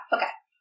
Okay